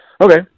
Okay